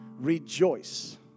Rejoice